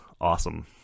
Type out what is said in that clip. awesome